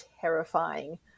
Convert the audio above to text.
terrifying